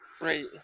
Right